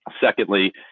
secondly